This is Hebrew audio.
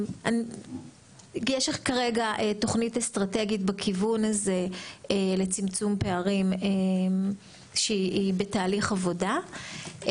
יש כרגע תוכנית אסטרטגית בכיוון הזה לצמצום פערים שהיא בתהליך עבודה.